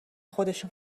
خودشون